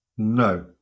No